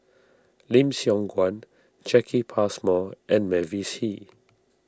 Lim Siong Guan Jacki Passmore and Mavis Hee